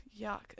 Yuck